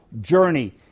journey